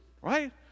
right